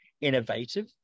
innovative